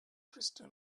crystal